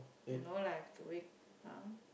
no lah I've to wake